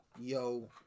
yo